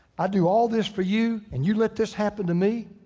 i do all this for you, and you let this happen to me?